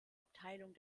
abteilung